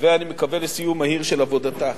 אני מקווה לסיום מהיר של עבודתה.